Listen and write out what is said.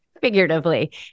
figuratively